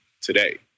today